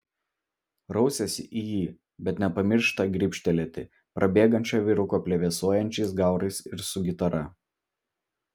rausiasi į jį bet nepamiršta gribštelėti prabėgančio vyruko plevėsuojančiais gaurais ir su gitara